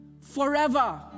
Forever